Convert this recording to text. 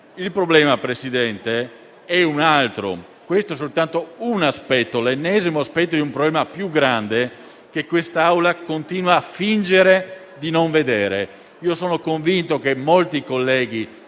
Il problema, Presidente, è un altro: questo è soltanto l'ennesimo aspetto di un problema più grande che quest'Assemblea continua a fingere di non vedere. Sono convinto che molti colleghi